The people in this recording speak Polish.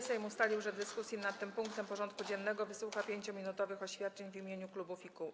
Sejm ustalił, że w dyskusji nad tym punktem porządku dziennego wysłucha 5-minutowych oświadczeń w imieniu klubów i kół.